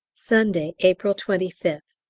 sunday, april twenty fifth.